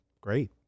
great